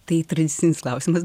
tai tradicinis klausimas